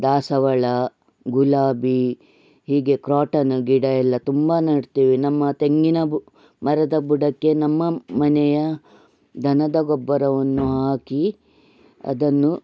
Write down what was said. ದಾಸವಾಳ ಗುಲಾಬಿ ಹೀಗೆ ಕ್ರಾಟನ್ ಗಿಡಯೆಲ್ಲ ತುಂಬ ನೆಡ್ತಿವಿ ನಮ್ಮ ತೆಂಗಿನ ಬು ಮರದ ಬುಡಕ್ಕೆ ನಮ್ಮ ಮನೆಯ ದನದ ಗೊಬ್ಬರವನ್ನು ಹಾಕಿ ಅದನ್ನು